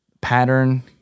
pattern